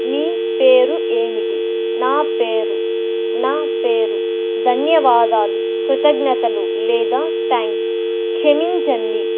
మీ పేరు ఏమిటి నా పేరు నా పేరు ధన్యవాదాలు కృతజ్ఞతలు లేదా థ్యాంక్స్ క్షమించండి